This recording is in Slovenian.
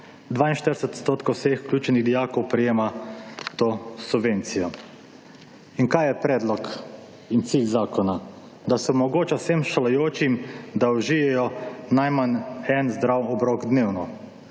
42 % vseh vključenih dijakov prejema to subvencijo. In kaj je predlog in cilj zakona? Da se omogoča vsem šolajočim, da užijejo najmanj en zdrav obrok dnevno,